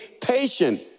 patient